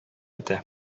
итә